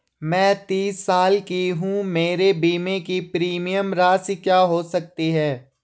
मैं तीस साल की हूँ मेरे बीमे की प्रीमियम राशि क्या हो सकती है?